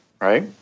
right